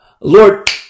Lord